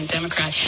Democrat